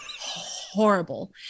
Horrible